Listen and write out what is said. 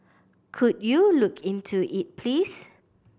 could you look into it please